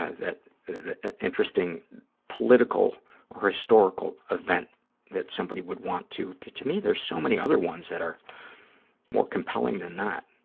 ah interesting political or historical event that somebody would want to. to me, there are so many other ones that are more compelling than that.